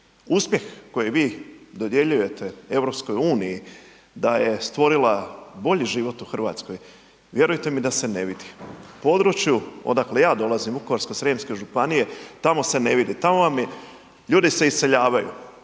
Uspjeh koji vi dodjeljujete EU da je stvorila bolji život u Hrvatskoj vjerujte mi da se ne vidi. U području odakle ja dolazim Vukovarsko-srijemske županije tamo se ne vidi, tamo vam je, ljudi se iseljavaju.